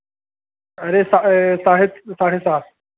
अरे सा साढ़े साढ़े सात